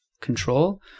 control